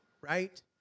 right